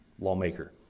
lawmaker